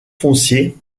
fonciers